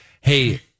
Hey